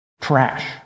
trash